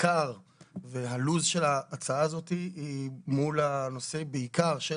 העיקר והלוז של ההצעה הזאת הוא מול הנושאים בעיקר של